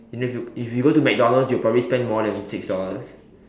and then if you if you go to McDonald's you probably spend more than six dollars